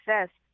success